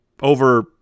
over